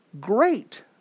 great